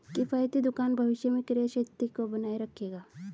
किफ़ायती दुकान भविष्य में क्रय शक्ति को बनाए रखेगा